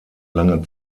lange